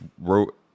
wrote